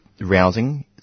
rousing